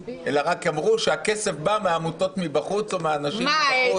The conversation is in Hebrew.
אלא רק אמרו שהכסף בא מעמותות מבחוץ או מאנשים מבחוץ.